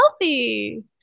healthy